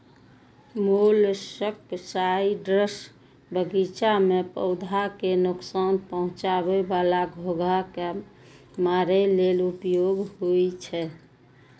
molluscicides बगीचा मे पौधा कें नोकसान पहुंचाबै बला घोंघा कें मारै लेल उपयोग होइ छै